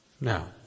Now